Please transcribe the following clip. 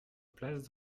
place